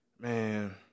Man